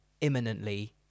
imminently